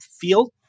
field